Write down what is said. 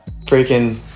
freaking